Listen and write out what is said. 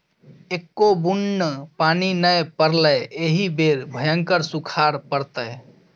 एक्को बुन्न पानि नै पड़लै एहि बेर भयंकर सूखाड़ पड़तै